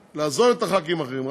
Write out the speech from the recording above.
לעזוב את חברי הכנסת האחרים,